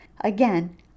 again